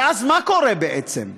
ואז, מה קורה בעצם?